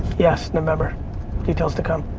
yes, november details to come.